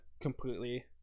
completely